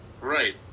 Right